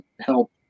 help